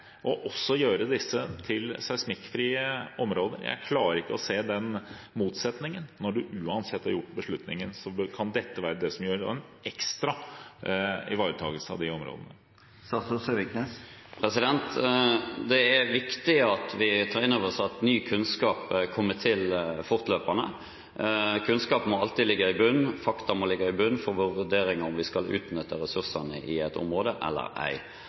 den motsetningen. Når man uansett har tatt beslutningen, kan dette være det som gir en ekstra ivaretakelse av de områdene. Det er viktig at vi tar inn over oss at ny kunnskap kommer til fortløpende. Kunnskap må alltid ligge i bunn, fakta må ligge i bunn for våre vurderinger av om vi skal utnytte ressursene i et område eller ei.